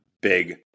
big